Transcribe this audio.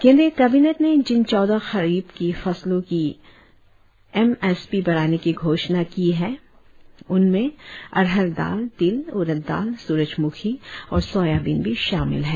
केंद्रीय कैबिनेट ने जिन चौदह खरीब की फसलों की एम एस पी बढ़ाने की घोषणा की है उनमें अरहर दाल तिल उड़द दाल सूरजमुखी और सोयाबीन भी शामिल है